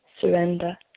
surrender